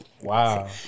Wow